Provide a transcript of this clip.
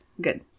Good